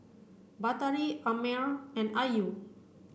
Batari Ammir and Ayu